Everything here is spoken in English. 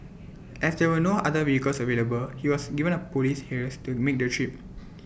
as there were no other vehicles available he was given A Police hearse to make the trip